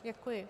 Děkuji.